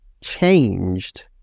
changed